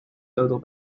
total